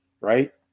right